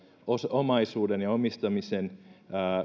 omaisuuden ja omistamisen